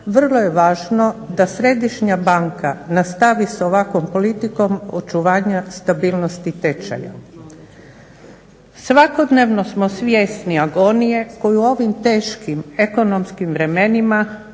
vrlo je važno da središnja banka nastavi s ovakvom politikom očuvanja stabilnosti tečaja. Svakodnevno smo svjesni agonije koju u ovim teškim ekonomskim vremenima